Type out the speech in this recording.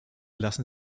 lassen